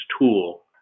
tool